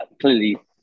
Clearly